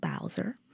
Bowser